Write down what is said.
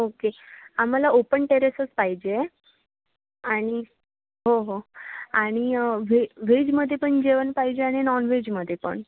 okay आम्हाला open टेरेसच पाहिजे आणि हो हो आणि व्हे व्हेजमध्ये पण जेवण पाहिजे आणि नॉन व्हेजमध्ये पण